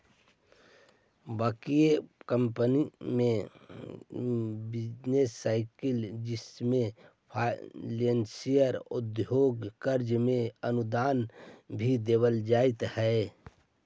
working capital में business cycle business policy औउर कर्ज के अनुपात भी देखल जा हई